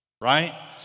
right